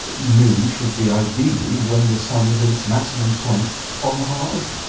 noon should be ideally when the sun is at its maximum points on the horizon.